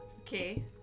Okay